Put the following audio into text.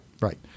right